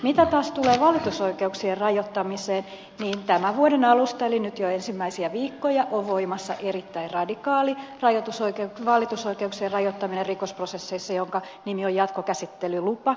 mitä taas tulee valitusoikeuksien rajoittamiseen niin tämän vuoden alusta eli nyt jo ensimmäisiä viikkoja on ollut voimassa erittäin radikaali valitusoikeuksien rajoittaminen rikosprosesseissa jonka nimi on jatkokäsittelylupa